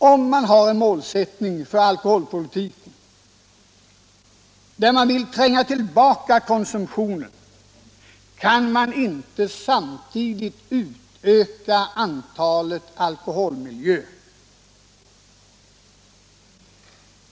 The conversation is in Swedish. Har man som mål för alkoholpolitiken att tränga tillbaka konsumtionen, kan man inte samtidigt utöka antalet alkoholmiljöer.